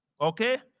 Okay